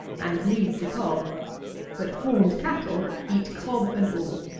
and leave the cob but horned cattle eat cob and all.